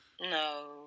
No